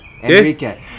Enrique